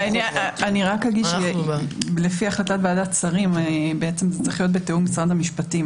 לפי החלטת ועדת השרים זה צריך להיות בתיאום עם משרד המשפטים.